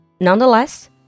Nonetheless